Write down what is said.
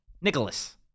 Nicholas